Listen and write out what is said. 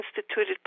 instituted